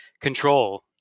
control